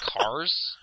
cars